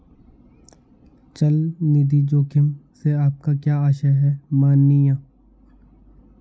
चल निधि जोखिम से आपका क्या आशय है, माननीय?